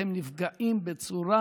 אתם נפגעים בצורה